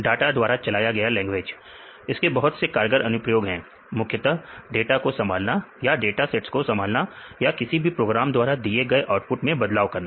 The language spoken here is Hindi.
डाटा द्वारा चलाया गया लैंग्वेज इसके बहुत से कारगर अनुप्रयोग है मुख्यतः डाटा को संभालना या डाटा सेट्स को संभालना या किसी भी प्रोग्राम द्वारा दिए गए आउटपुट में बदलाव करना